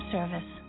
Service